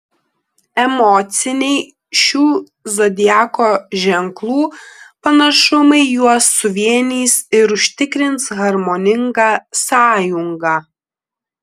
emociniai šių zodiako ženklų panašumai juos suvienys ir užtikrins harmoningą sąjungą